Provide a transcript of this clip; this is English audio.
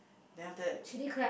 then after that